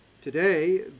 Today